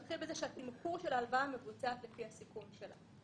נתחיל בזה שהתמחור של ההלוואה מבוצע לפי הסיכון שלה.